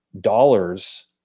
dollars